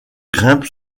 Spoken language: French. grimpent